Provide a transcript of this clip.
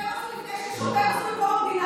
תגידו מה אתם עושים,